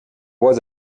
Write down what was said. was